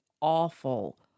awful